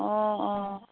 অঁ অঁ